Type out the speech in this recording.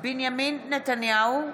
בנימין נתניהו,